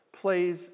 plays